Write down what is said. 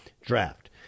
DRAFT